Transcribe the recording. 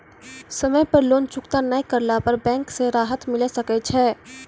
समय पर लोन चुकता नैय करला पर बैंक से राहत मिले सकय छै?